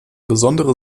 besondere